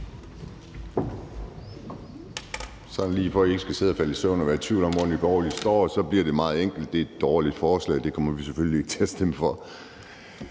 Sådan lige for at I ikke skal sidde og falde i søvn og være i tvivl om, hvor Nye Borgerlige står, vil jeg sige det meget enkelt: Det er et dårligt forslag, og det kommer vi selvfølgelig ikke til at stemme for.